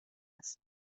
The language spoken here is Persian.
است